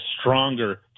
stronger